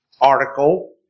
article